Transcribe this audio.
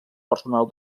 personal